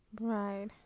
right